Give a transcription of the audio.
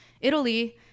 Italy